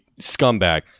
scumbag